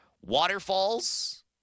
Waterfalls